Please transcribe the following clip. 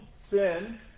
sin